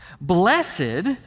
Blessed